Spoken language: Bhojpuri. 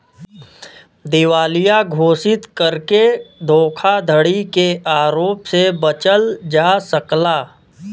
दिवालिया घोषित करके धोखाधड़ी के आरोप से बचल जा सकला